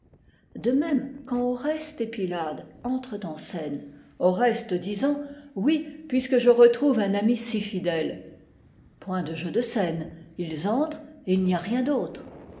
de même quand oreste et pilade entrent en scène oreste disant oui puisque je retrouve un ami si fidèle point de jeu de scène ils entrent et il n'y a rien autre